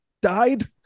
died